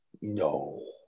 no